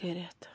کٔرِتھ